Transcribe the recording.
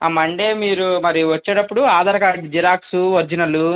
ఆ మండే మీరు మరి వచ్చేటప్పుడు ఆధార్ కార్డ్ జిరాక్స్ ఒరిజినల్